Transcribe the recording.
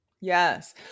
Yes